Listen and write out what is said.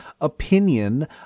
opinion